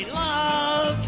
love